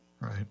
right